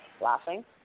Laughing